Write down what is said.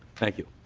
thank you.